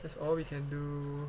that's all we can do